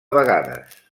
vegades